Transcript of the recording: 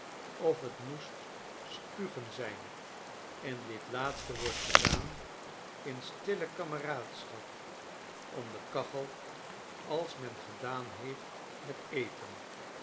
of t moest spugen zijn en dit laatste wordt gedaan in stille kameraadschap om de kachel als men gedaan heeft met eten